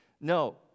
No